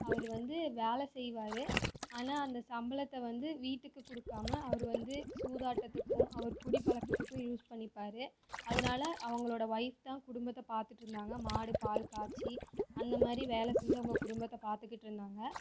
அவரு வந்து வேலை செய்வார் ஆனால் அந்த சம்பளத்தை வந்து வீட்டுக்கு கொடுக்காம அவரு வந்து சூதாட்டத்துக்கும் அவரு குடி பழக்கத்துக்கும் யூஸ் பண்ணிப்பார் அதனால் அவங்களோட ஓய்ஃப் தான் குடும்பத்தை பாத்துட்டுருந்தாங்க மாடு பால் காய்ச்சி அந்தமாதிரி வேலை செஞ்சு அவங்க குடும்பத்தை பாத்துகிட்டுருந்தாங்க